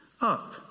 up